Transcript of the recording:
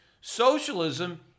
socialism